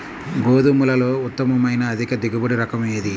గోధుమలలో ఉత్తమమైన అధిక దిగుబడి రకం ఏది?